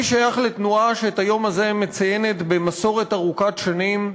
אני שייך לתנועה שאת היום הזה מציינת במסורת ארוכת שנים.